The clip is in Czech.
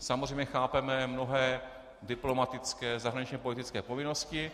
Samozřejmě chápeme mnohé diplomatické, zahraničněpolitické povinnosti.